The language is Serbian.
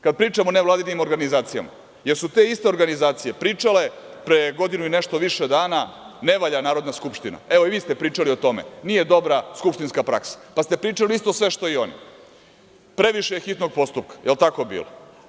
Kada pričamo o nevladinim organizacijama, jel su te iste organizacije pričale pre godinu i nešto više dana – ne valja Narodna Skupština, nije dobra skupštinska praksa, pa ste pričali isto sve što i oni – previše je hitnog postupka, jel tako bilo?